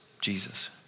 Jesus